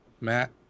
Matt